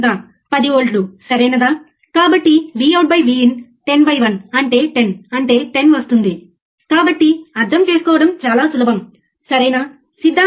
మీరు తెరపై 25 కిలోహెర్ట్జ్ చూడవచ్చు సరైనది